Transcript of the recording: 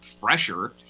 fresher